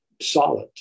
Solid